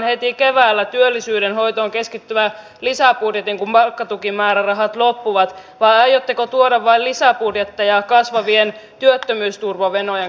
ja aivan kuten moni tässä ja edustaja henrikssonkin totesi pitää liikuntaa lisätä ja paheita vähentää